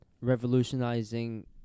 revolutionizing